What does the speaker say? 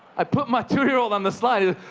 i put my two-year-old on the slide,